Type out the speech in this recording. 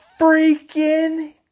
Freaking